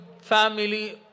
family